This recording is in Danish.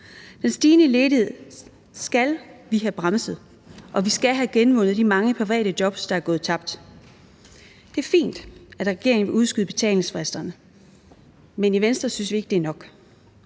Den stigende ledighed skal vi have bremset, og vi skal have genvundet de mange private jobs, der er gået tabt. Det er fint, at regeringen udskyder betalingsfristerne, men i Venstre synes vi ikke, det er nok.